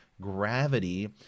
gravity